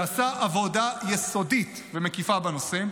שעשה עבודה יסודית ומקיפה בנושא,